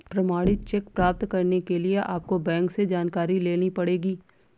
प्रमाणित चेक प्राप्त करने के लिए आपको बैंक से जानकारी लेनी पढ़ेगी